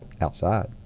outside